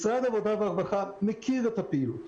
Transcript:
משרד העבודה והרווחה מכיר את הפעילות.